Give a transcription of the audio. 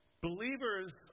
Believers